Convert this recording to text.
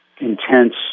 intense